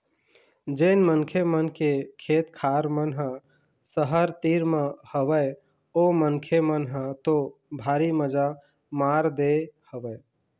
जेन मनखे मन के खेत खार मन ह सहर तीर म हवय ओ मनखे मन ह तो भारी मजा मार दे हवय